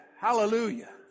Hallelujah